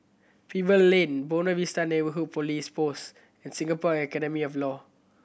Pebble Lane Buona Vista Neighbourhood Police Post and Singapore Academy of Law